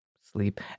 sleep